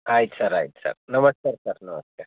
ಆಯ್ತು ಸರ್ ಆಯ್ತು ಸರ್ ನಮಸ್ತೆ ಸರ್ ನಮಸ್ತೆ